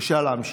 בבקשה להמשיך.